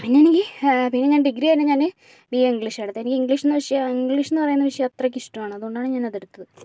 പിന്നെ എനിക്ക് പിന്നെ ഞാൻ ഡിഗ്രി കഴിഞ്ഞ് ഞാന് ബിഎ ഇംഗ്ലീഷ് എടുത്തത് എനിക്ക് ഇംഗ്ലീഷ് എന്ന വിഷയം ഇംഗ്ലീഷ് എന്ന പറയുന്ന വിഷയം അത്രക്ക് ഇഷ്ടമാണ് അതുകൊണ്ടാണ് ഞാൻ അതെടുത്തത്